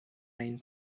main